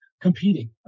competing